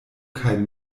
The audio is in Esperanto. kaj